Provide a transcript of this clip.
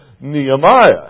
Nehemiah